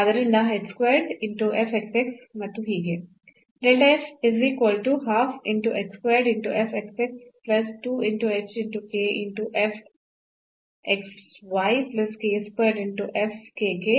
ಆದ್ದರಿಂದ ಮತ್ತು ಹೀಗೆ